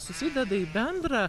susideda į bendrą